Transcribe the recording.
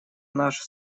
наш